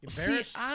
Embarrassed